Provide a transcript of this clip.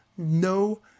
No